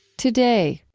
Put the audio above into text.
today,